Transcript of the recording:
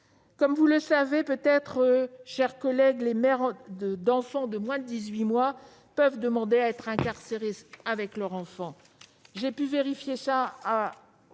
Comme vous le savez peut-être, mes chers collègues, les mères d'enfants de moins de 18 mois peuvent demander à être incarcérées avec leur bébé.